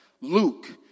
Luke